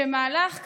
שמהלך כזה,